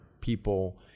people